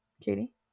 Katie